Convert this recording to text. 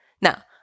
Now